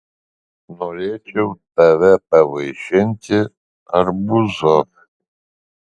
norėčiau tave pavaišinti arbūzu